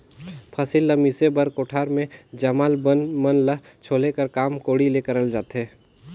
फसिल ल मिसे बर कोठार मे जामल बन मन ल छोले कर काम कोड़ी ले करल जाथे